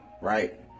Right